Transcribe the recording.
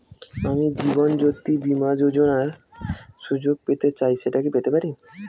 আমি জীবনয্যোতি বীমা যোযোনার সুযোগ পেতে চাই সেটা কি পেতে পারি?